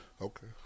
Okay